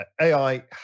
AI